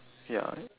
ya